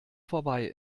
vorbei